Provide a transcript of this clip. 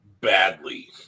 badly